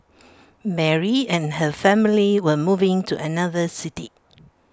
Mary and her family were moving to another city